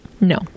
no